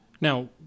Now